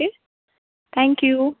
okay thank you